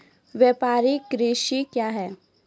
व्यापारिक कृषि क्या हैं?